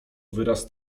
wyraz